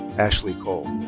ashley cole.